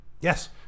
Yes